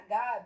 God